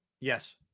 Yes